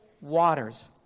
waters